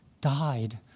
died